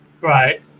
Right